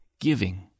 Giving